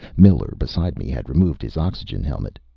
miller, beside me, had removed his oxygen helmet.